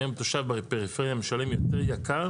היום תושב בפריפריה משלם יותר יקר